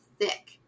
thick